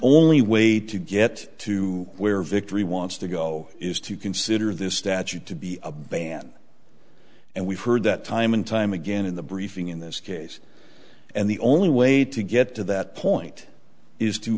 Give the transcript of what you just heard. only way to get to where victory wants to go is to consider this statute to be a ban and we've heard that time and time again in the briefing in this case and the only way to get to that point is to